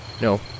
no